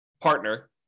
partner